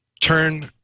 turn